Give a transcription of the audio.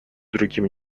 другим